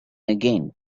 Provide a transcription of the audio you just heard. again